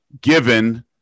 given